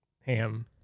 ham